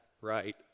right